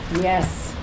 Yes